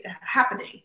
happening